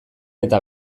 eta